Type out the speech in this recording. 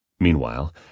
Meanwhile